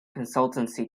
consultancy